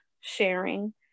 sharing